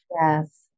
Yes